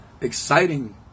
exciting